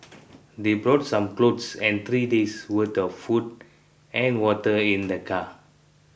they brought some clothes and three days' worth of food and water in their car